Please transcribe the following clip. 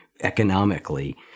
economically